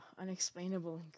unexplainable